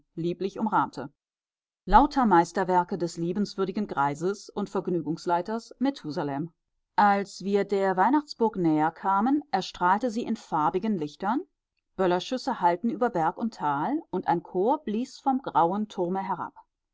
lieblich umrahmte lauter meisterwerke des liebenswürdigen greises und vergnügungsleiters methusalem als wir der weihnachtsburg näher kamen erstrahlte sie in farbigen lichtern böllerschüsse hallten über berg und tal und ein chor blies vom grauen turme herab